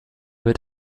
wird